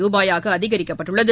ரூபயாக அதிகரிக்கப்பட்டுள்ளது